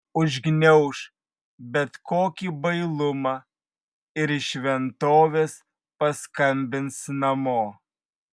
užgniauš bet kokį bailumą ir iš šventovės paskambins namo